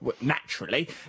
naturally